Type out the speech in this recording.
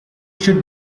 should